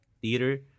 theater